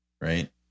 right